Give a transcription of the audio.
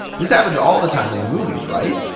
this happens all the time in the movies, right.